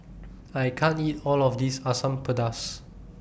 I can't eat All of This Asam Pedas